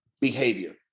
behavior